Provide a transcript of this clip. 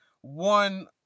one